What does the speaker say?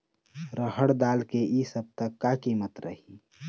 रहड़ दाल के इ सप्ता का कीमत रही?